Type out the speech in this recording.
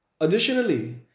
Additionally